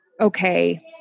okay